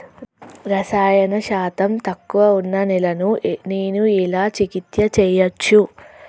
రసాయన శాతం తక్కువ ఉన్న నేలను నేను ఎలా చికిత్స చేయచ్చు?